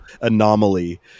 anomaly